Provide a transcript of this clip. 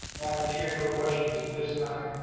chair, no questions at this time.